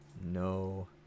No